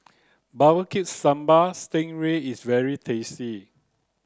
barbecue sambal sting ray is very tasty